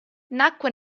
nacque